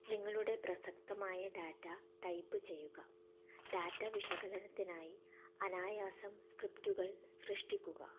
നിങ്ങളുടെ പ്രസക്തമായ data type ചെയ്യുക ഡാറ്റ വിശകലനത്തിനായി അനായാസം സ്ക്രിപ്റ്റുകൾ സൃഷ്ടിക്കുക